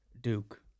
Duke